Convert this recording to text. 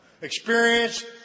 Experience